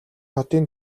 хотын